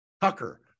Tucker